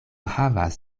havas